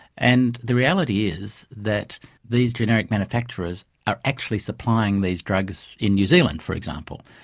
and the reality is that these generic manufacturers are actually supplying these drugs in new zealand, for example.